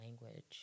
language